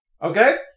Okay